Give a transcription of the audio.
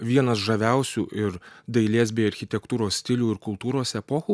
vienas žaviausių ir dailės bei architektūros stilių ir kultūros epochų